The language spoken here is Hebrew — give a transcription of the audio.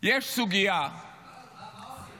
יש סוגיה -- מה עושים?